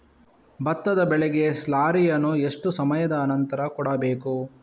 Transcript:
ಭತ್ತದ ಬೆಳೆಗೆ ಸ್ಲಾರಿಯನು ಎಷ್ಟು ಸಮಯದ ಆನಂತರ ಕೊಡಬೇಕು?